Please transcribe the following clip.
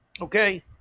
Okay